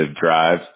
drive